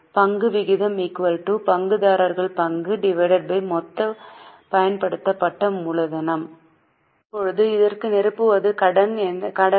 பங்கு விகிதம்பங்குதாரர்கள் பங்கு மொத்த பயன்படுத்தப்பட்ட மூலதனம் இப்போது இதற்கு நிரப்புவது கடன் விகிதமாகும்